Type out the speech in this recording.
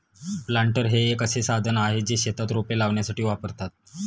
planter हे एक साधन आहे, जे शेतात रोपे लावण्यासाठी वापरतात